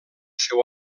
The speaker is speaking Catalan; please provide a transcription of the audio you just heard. seu